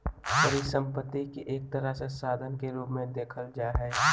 परिसम्पत्ति के एक तरह से साधन के रूप मे देखल जा हय